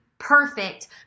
perfect